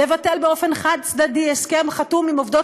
לבטל באופן חד-צדדי הסכם חתום עם עובדות